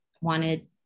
wanted